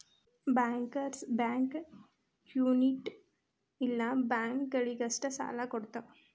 bankers bank ಕ್ಮ್ಯುನಿಟ್ ಇಲ್ಲ ಬ್ಯಾಂಕ ಗಳಿಗಷ್ಟ ಸಾಲಾ ಕೊಡ್ತಾವ